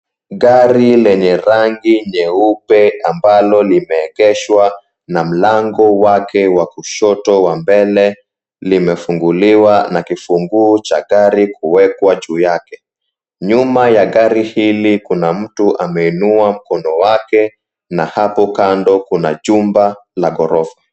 Gari lenye rangi nyeupe ambalo limeegeshwa na mlango wake wa kushoto wa mbele limefunguliwa, na kifunguu cha gari kuwekwa juu yake. Nyuma ya gari hili kuna mtu ameinua mkono wake na hapo kando kuna jumba la ghorofa.